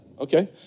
okay